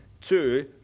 Two